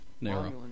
narrow